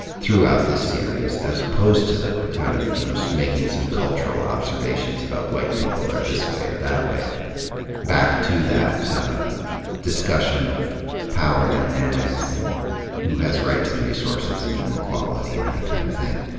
throughout this series, as opposed to the kind of, you know, making some cultural observations about white people are this way or that way back to that discussion of power dynamics and who has rights and resources, and and equality and that kind of thing.